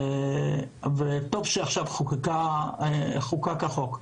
טוב שעכשיו חוקק החוק.